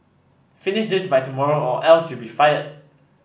finish this by tomorrow or else you be fired